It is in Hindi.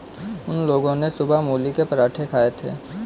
उन लोगो ने सुबह मूली के पराठे खाए थे